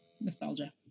nostalgia